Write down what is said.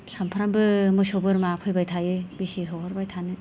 सानफ्रोमबो मोसौ बोरमा फैबाय थायो बेसे होहरबाय थानो